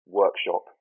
workshop